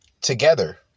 together